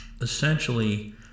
essentially